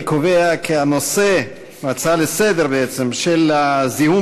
אני קובע כי ההצעות לסדר-היום בנושא: הזיהום